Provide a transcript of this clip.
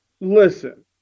listen